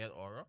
aura